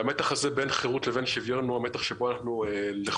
המתח הזה בין חירות לבין שוויון הוא המתח שבו אנחנו לכודים.